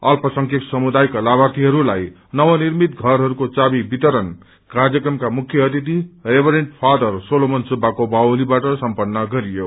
अत्प संख्यक समुदायका लाभार्थीहरूलाई नवनिर्मित घरहरूको चाबी वितरण कार्यक्रमका मुख्य अतिथि रेमरेन्ट्र दादर सोलोमन सुव्वाको बाहुलीबाट सम्पन्न गरियो